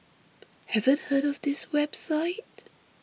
haven't heard of this website